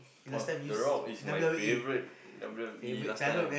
oh the rock is my favourite W_W_E last time